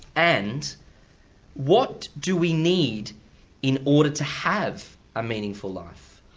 and what do we need in order to have a meaningful life?